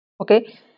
okay